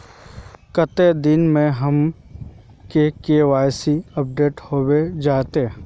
कते दिन में हमर के.वाई.सी अपडेट होबे जयते?